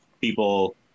people